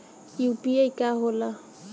UPI का होला?